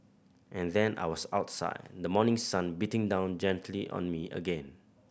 and then I was outside the morning sun beating down gently on me again